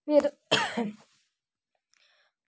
फिर